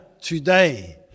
today